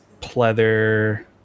pleather